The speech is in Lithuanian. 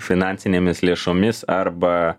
finansinėmis lėšomis arba